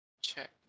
check